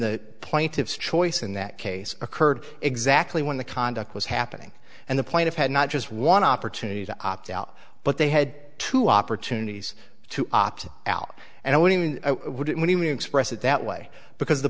the plaintiff's choice in that case occurred exactly when the conduct was happening and the plaintiff had not just one opportunity to opt out but they had two opportunities to opt out and i would even express it that way because the